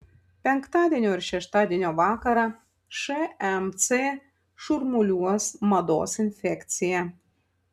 penktadienio ir šeštadienio vakarą šmc šurmuliuos mados infekcija